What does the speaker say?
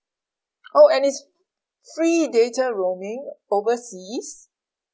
oh and it's free data roaming overseas